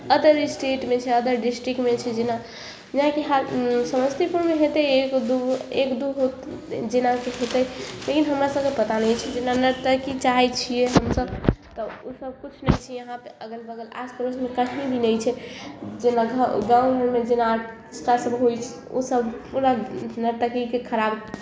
other स्टेटमे छै other डिस्ट्रिक्टमे छै जेना जेना कि हर समस्तीपुरमे हेतै एगो दूगो एक दूगो जेनाकि हेतै लेकिन हमरा सभके पता नहि छै जेना नर्तकी चाहै छियै हमसभ तऽ ओ सभकिछु नहि छियै यहाँ पे अगल बगल आस पड़ोस कहीँ भी नहि छै जेना घ गाँवमे जेना आर सभ होइ छै ओसभ पूरा नर्तकीकेँ खराब